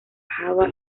java